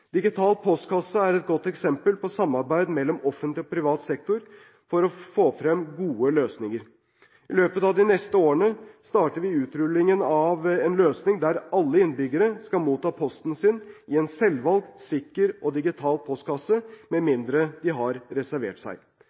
Digital postkasse er et godt eksempel på samarbeid mellom offentlig og privat sektor for å få frem gode løsninger. I løpet av de neste årene starter vi utrullingen av en løsning der alle innbyggere skal motta posten sin i en selvvalgt, sikker og digital postkasse – med mindre de har reservert seg.